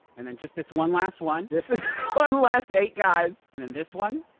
and then just this one last one. just this one last eight guys. and then this one.